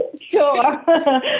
Sure